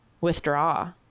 withdraw